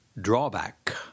Drawback